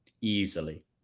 easily